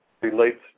relates